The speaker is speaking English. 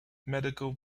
medical